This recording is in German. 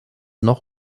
noch